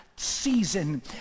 season